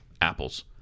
apples